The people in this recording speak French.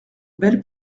belle